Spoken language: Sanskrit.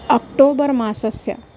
अक्टोबर् मासस्य